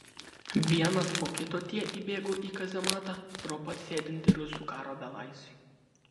vienas po kito tie įbėgo į kazematą pro pat sėdintį rusų karo belaisvį